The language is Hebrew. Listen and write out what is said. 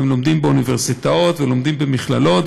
הם לומדים באוניברסיטאות ובמכללות,